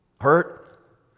hurt